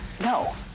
No